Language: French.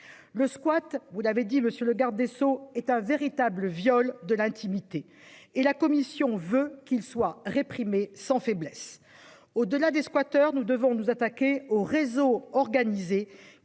Le squat. Vous l'avez dit monsieur le garde des Sceaux est un véritable viol de l'intimité et la Commission veut qu'il soit réprimer sans faiblesse. Au delà des squatters. Nous devons nous attaquer aux réseaux organisés